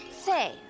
Say